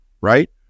right